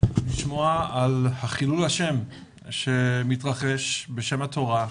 לשמוע על חילול השם שמתרחש, בשם התורה,